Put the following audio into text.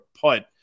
put